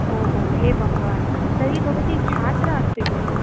ओहो एवं वा तर्हि भवति छात्रा अस्ति खलु